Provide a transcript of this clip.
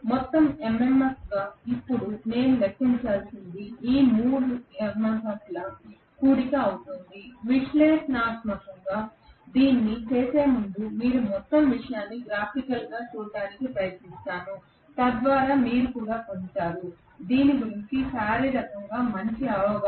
మొత్తం MMF గా ఇప్పుడు నేను లెక్కించాల్సినది ఈ 3 MMF ల యొక్క కూడిక అవుతుంది అవుతుంది విశ్లేషణాత్మకంగా దీన్ని చేసే ముందు మీరు మొత్తం విషయాన్ని గ్రాఫికల్గా చూడటానికి ప్రయత్నిస్తాను తద్వారా మీరు కూడా పొందుతారు దీని గురించి భౌతికంగా మంచి అవగాహన